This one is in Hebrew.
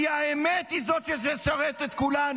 כי האמת היא זאת שתשרת את כולנו,